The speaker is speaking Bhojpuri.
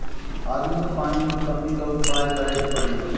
आदमी के पानी के कमी क उपाय करे के पड़ी